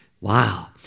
Wow